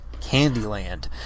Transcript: Candyland